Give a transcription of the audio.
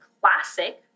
Classic